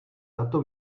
tato